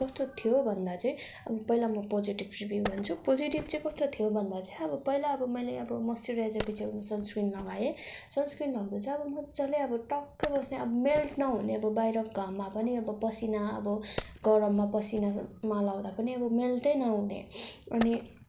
कस्तो थियो भन्दा चाहिँ अब पहिला म पोजेटिभ रिभ्यू भन्छु पोजेटिभ चाहिँ कस्तो थियो भन्दा चाहिँ अब पहिला अब मैले अब मोस्चुराइजर पिछे सन्सक्रिन लगाए सन्सक्रिन लाउँदा चाहिँ अब मजाले अब टक्कै बस्ने अब मेल्ट नहुने अब बाहिर घाममा पनि अब पसिना अब गरममा पसिनामा लाउँदा पनि अब मेल्टै नहुने अनि